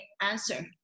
answer